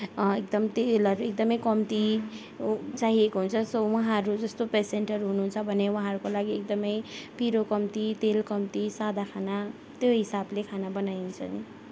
एकदम तेलहरू एकदमै कम्ती चाहिएको हुन्छ सो उहाँहरू जस्तो पेसेन्टहरू हुनुहुन्छ भने उहाँहरूको लागि एकदमै पिरो कम्ती तेल कम्ती सादा खाना त्यो हिसाबले खाना बनाइन्छ नि